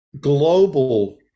global